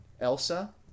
Elsa